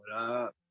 up